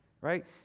right